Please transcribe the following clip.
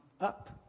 up